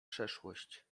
przeszłość